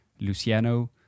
Luciano